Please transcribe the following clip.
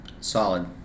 solid